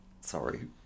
Sorry